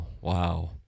wow